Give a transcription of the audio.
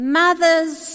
mothers